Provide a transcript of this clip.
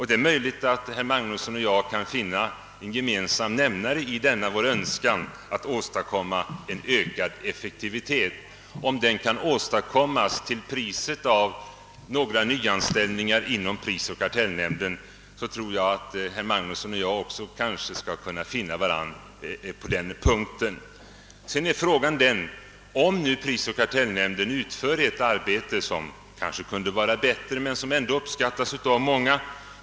Det är möjligt att herr Magnusson och jag kan förenas i denna vår önskan att åstadkomma ökad effektivitet. Om det kan ske till priset av några nyanställningar inom prisoch kartellnämnden, tror jag att herr Magnusson och jag också skall kunna finna varandra på den punkten. Prisoch kartellnämnden utför ett arbete, som kanske kunde vara bättre men som ändå uppskattas av många.